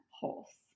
pulse